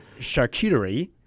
charcuterie